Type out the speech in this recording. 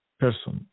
person